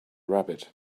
rabbit